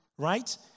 Right